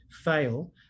fail